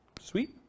Sweet